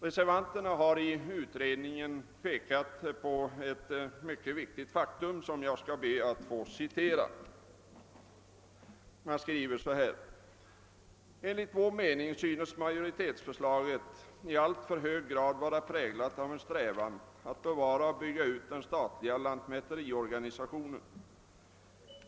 Reservanterna i utredningen har pekat på ett mycket viktigt faktum, då de skriver följande: »Enligt vår mening synes majoritetsförslaget i alltför hög grad vara präg lat av en strävan att bevara och bygga ut den statliga lantmäteriorganisationen.